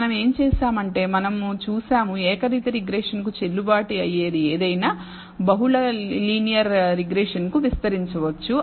మనం ఏమి చేశామంటే మనం చూసాముఏకరీతి రిగ్రెషన్ కు చెల్లుబాటు అయ్యేది ఏదైనా బహుళ బహుళ లీనియర్ రిగ్రెషన్ కు విస్తరించవచ్చు